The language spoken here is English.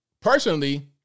Personally